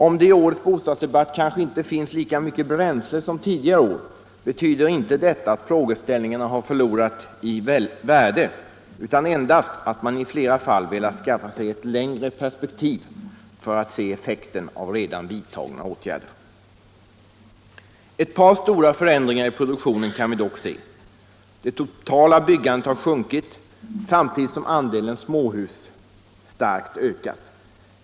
Om det i årets bostadsdebatt kanske inte finns lika mycket bränsle som tidigare år, betyder inte detta att frågeställningarna har förlorat i värde, utan endast att man i flera fall velat skaffa sig ett längre perspektiv för att se effekten av redan vidtagna åtgärder. Ett par stora förändringar i produktionen kan vi dock se. Det totala byggandet har sjunkit samtidigt som andelen småhus starkt ökat.